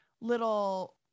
little